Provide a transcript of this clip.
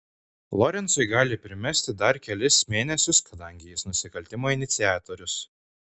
lorencui gali primesti dar kelis mėnesius kadangi jis nusikaltimo iniciatorius